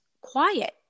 quiet